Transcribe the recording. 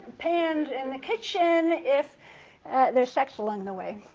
pans in the kitchens if there's sex along the way.